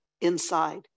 inside